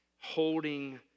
holding